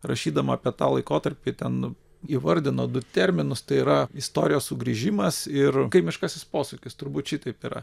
rašydama apie tą laikotarpį ten įvardino du terminus tai yra istorijos sugrįžimas ir kaimiškasis posūkis turbūt šitaip yra